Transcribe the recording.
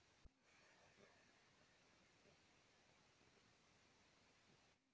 आदमी आपन माल आटा दाल चावल बेच सकेला